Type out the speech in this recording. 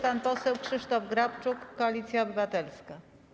Pan poseł Krzysztof Grabczuk, Koalicja Obywatelska.